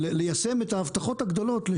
ליישם את ההבטחות הגדולות.